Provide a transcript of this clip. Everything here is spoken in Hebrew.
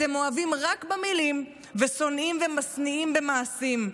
אתם אוהבים רק במילים ושונאים ומשניאים במעשים.